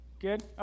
Good